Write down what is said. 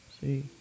See